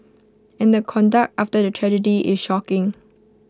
and the conduct after the tragedy is shocking